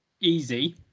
easy